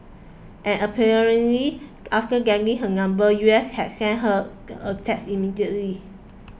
and apparently after getting her number U S had sent her a text immediately